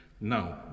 Now